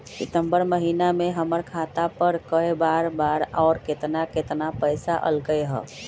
सितम्बर महीना में हमर खाता पर कय बार बार और केतना केतना पैसा अयलक ह?